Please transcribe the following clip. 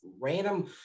random